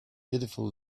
beautiful